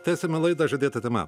tęsiame laidą žadėta tema